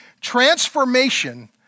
Transformation